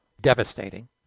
devastating